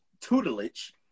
tutelage